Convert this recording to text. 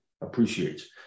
appreciates